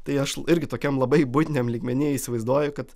tai aš irgi tokiam labai buitiniam lygmeny įsivaizduoju kad